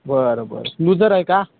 बरं बरं लूजर आहे का